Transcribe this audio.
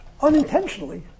unintentionally